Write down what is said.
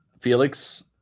Felix